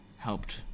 Helped